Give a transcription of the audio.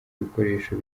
bikoresho